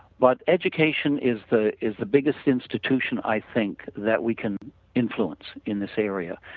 but education is the is the biggest institution i think that we can influence in this area.